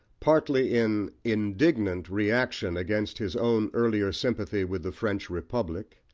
partly in indignant reaction against his own earlier sympathy with the french republic,